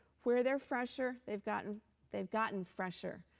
where they're fresher, they've gotten they've gotten fresher.